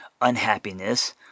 unhappiness